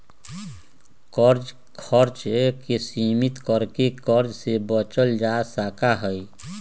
खर्च के सीमित कर के कर्ज से बचल जा सका हई